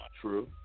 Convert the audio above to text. true